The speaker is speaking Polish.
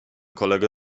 kolegę